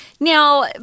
Now